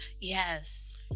Yes